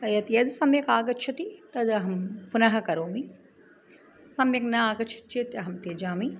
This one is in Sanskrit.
यद् यद् सम्यक् आगच्छति तद् अहं पुनः करोमि सम्यक् न आगच्छति चेत् अहं त्यजामि